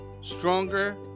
stronger